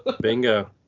bingo